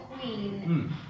queen